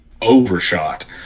overshot